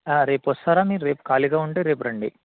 రేపు వస్తారా రేపు ఖాళీగా ఉంటే రేపు రండి